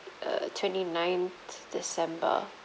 err twenty ninth december